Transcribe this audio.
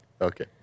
Okay